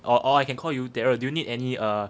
or or I can call you daryl do you need any err